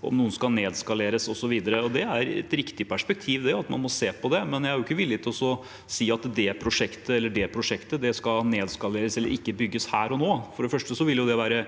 om noen skal nedskaleres, osv. Det er et riktig per spektiv at man må se på det, men jeg er ikke villig til å si her og nå at det eller det prosjektet skal nedskaleres eller ikke bygges. For det første vil det være